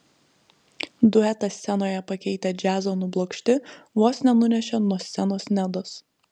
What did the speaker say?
duetą scenoje pakeitę džiazo nublokšti vos nenunešė nuo scenos nedos